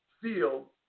feel